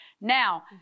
Now